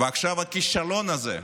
ועכשיו הכישלון הזה.